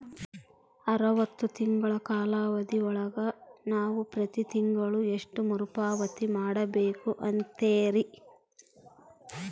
ಅರವತ್ತು ತಿಂಗಳ ಕಾಲಾವಧಿ ಒಳಗ ನಾವು ಪ್ರತಿ ತಿಂಗಳು ಎಷ್ಟು ಮರುಪಾವತಿ ಮಾಡಬೇಕು ಅಂತೇರಿ?